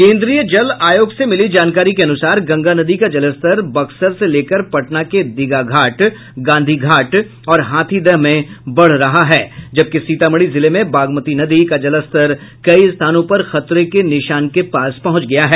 केंद्रीय जल आयोग से मिली जानकारी के अनुसार गंगा नदी का जलस्तर बक्सर से लेकर पटना के दीघा घाट गांधी घाट और हाथीदह में बढ़ रहा है जबकि सीतामढ़ी जिले में बागमती नदी का जलस्तर कई स्थानों पर खतरे के निशान के पास पहुंच गया है